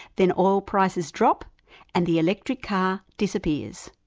then oil prices drop and the electric car disappears.